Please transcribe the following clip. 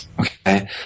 Okay